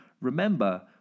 remember